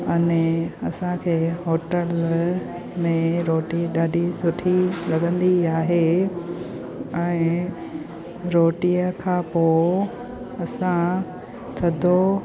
अने असांखे होटल में रोटी ॾाढी सुठी लॻंदी आहे ऐं रोटीअ खां पोइ असां थधो